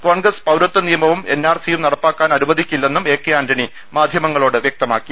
കോൺഗ്രസ് പൌരത്വനിയമവും എൻആർസിയും നടപ്പാക്കാൻ അനുവദിക്കില്ലെന്നും എ കെ ആന്റണി മാധ്യമങ്ങളോട് പറഞ്ഞു